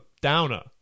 downer